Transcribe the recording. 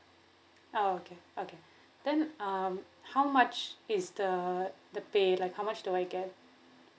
oh okay okay then um how much is the the pay like how much do I get